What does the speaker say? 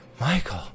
Michael